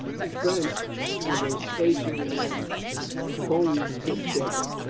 the french have a station at pondicherry,